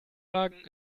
wagen